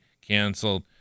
canceled